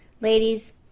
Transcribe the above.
Ladies